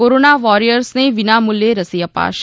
corona વોરિયર્સને વિના મૂલ્યે રસી અપાશે